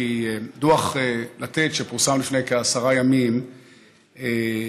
כי דוח לתת שפורסם לפני כעשרה ימים החריף